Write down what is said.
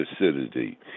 acidity